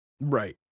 Right